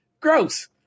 gross